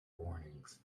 warnings